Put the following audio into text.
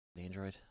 android